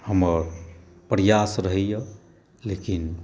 हमर प्रयास रहैए लेकिन